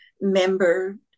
member